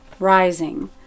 rising